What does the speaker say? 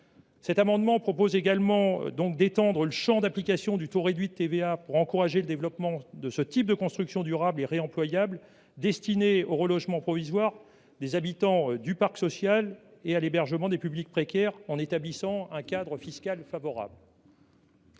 Cet amendement tend donc à étendre le champ d’application du taux réduit de TVA pour encourager le développement de ce type de constructions durables et réemployables, destinées au relogement provisoire des habitants du parc social et à l’hébergement des publics précaires, en établissant un cadre fiscal favorable.